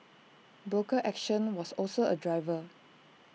broker action was also A driver